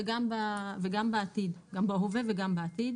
גם בהווה וגם בעתיד